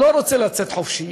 לא רוצה לצאת חופשי,